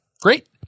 Great